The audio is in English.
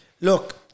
look